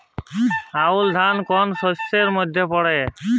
আউশ ধান কোন শস্যের মধ্যে পড়ে?